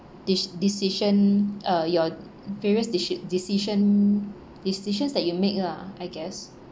dec~ decision uh your various deci~ decision decisions that you make lah I guess